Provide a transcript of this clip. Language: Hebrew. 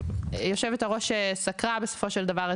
יושבת הראש סקרה את הדברים, בסופו של דבר.